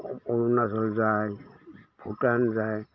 অৰুণাচল যায় ভূটান যায়